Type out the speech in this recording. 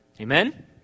Amen